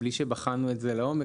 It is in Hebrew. בלי שבחנו את זה לעומק,